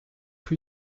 rue